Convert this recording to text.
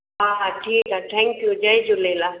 हा ठीकु आहे ठैंक्यू जय झूलेलाल